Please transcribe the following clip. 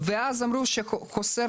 מסרן כי חסר